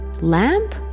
lamp